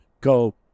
go